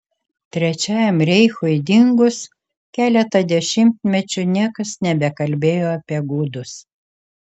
trečiajam reichui dingus keletą dešimtmečių niekas nebekalbėjo apie gudus